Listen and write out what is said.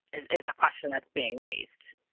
is is a question that's being raised.